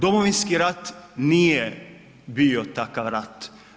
Domovinski rat nije bio takav rat.